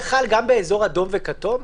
זה חל גם באזור אדום וכתום?